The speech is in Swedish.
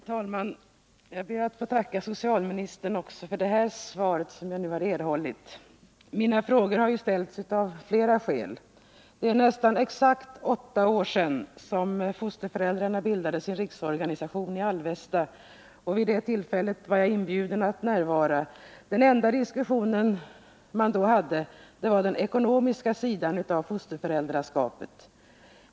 Herr talman! Jag ber att få tacka socialministern också för det här svaret. Jag har ställt min fråga av flera skäl. Det är nästan exakt åtta år sedan fosterföräldrarna bildade sin riksorganisation, och jag var själv inbjuden att närvara i Alvesta vid det tillfället. Den enda diskussion vi därvid förde gällde den ekonomiska sidan av fosterföräldraskapet.